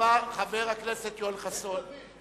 חבר הכנסת יואל חסון.